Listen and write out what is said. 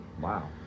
wow